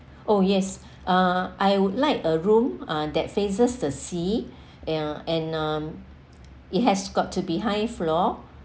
oh yes uh I would like a room uh that faces the sea and uh and um it has got to be high floor